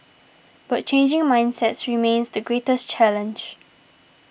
but changing mindsets remains the greatest challenge